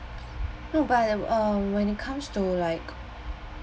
no but uh when it comes to like